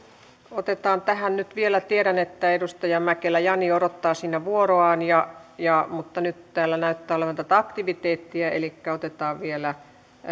otetaan tähän nyt vielä tiedän että edustaja mäkelä jani odottaa siinä vuoroaan mutta nyt täällä näyttää olevan tätä aktiviteettia elikkä otetaan vielä